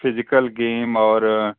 physical game और